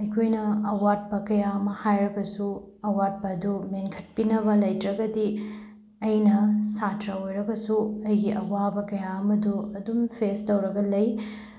ꯑꯩꯈꯣꯏꯅ ꯑꯋꯥꯠꯄ ꯀꯌꯥ ꯑꯃ ꯍꯥꯏꯔꯒꯁꯨ ꯑꯋꯥꯠꯄ ꯑꯗꯨ ꯃꯦꯟꯈꯠꯄꯤꯅꯕ ꯂꯩꯇ꯭ꯔꯒꯗꯤ ꯑꯩꯅ ꯁꯥꯇ꯭ꯔ ꯑꯣꯏꯔꯒꯁꯨ ꯑꯩꯒꯤ ꯑꯋꯥꯕ ꯀꯌꯥ ꯑꯃꯁꯨ ꯑꯗꯨꯝ ꯐꯦꯁ ꯇꯧꯔꯒ ꯂꯩ